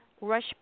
rush